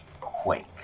quake